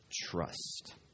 Trust